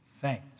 fact